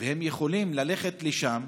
והם יכולים ללכת לשם,